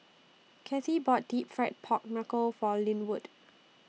Kathi bought Deep Fried Pork Knuckle For Lynwood